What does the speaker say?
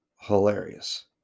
hilarious